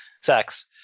sex